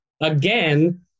Again